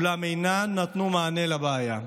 אולם הן לא נתנו מענה לבעיה.